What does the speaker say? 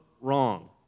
wrong